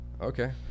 Okay